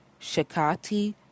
Shakati